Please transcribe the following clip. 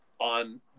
on